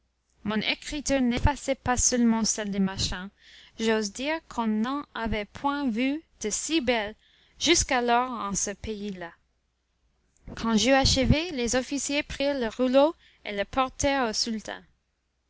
mon écriture n'effaçait pas seulement celle des marchands j'ose dire qu'on n'en avait point vu de si belle jusqu'alors en ce pays-là quand j'eus achevé les officiers prirent le rouleau et le portèrent au sultan